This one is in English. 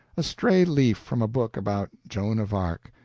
a stray leaf from a book about joan of arc,